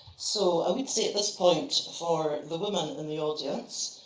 so i would say, at this point, for the women in the audience,